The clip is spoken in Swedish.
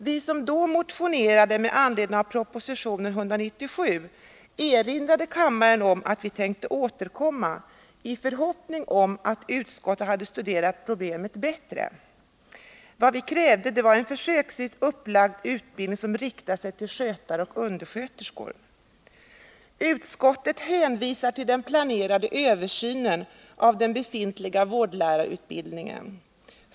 Vi som då hade motionerat med anledning av proposition 197 erinrade kammaren om att vi tänkte återkomma i förhoppning om att utskottet skulle ha studerat problemen bättre. Vad vi krävde var en försöksvis upplagd utbildning som riktar sig till skötare och undersköterskor. Utskottet hänvisar till den planerade översynen av den befintliga vårdlärarutbildningen.